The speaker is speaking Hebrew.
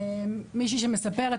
מישהי שמספרת,